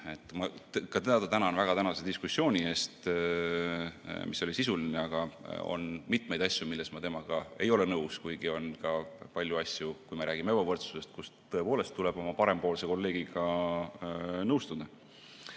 ka teda tänan väga tänase diskussiooni eest, mis oli sisuline, aga on mitmeid asju, milles ma temaga ei ole nõus, kuigi on ka palju asju – kui me räägime ebavõrdsusest –, kus tõepoolest tuleb oma parempoolse kolleegiga nõustuda.